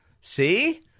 See